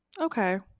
Okay